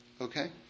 Okay